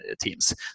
teams